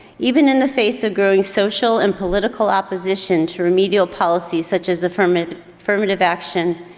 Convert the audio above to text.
even in the face of growing social and political opposition to remedial policies such as affirmative affirmative action,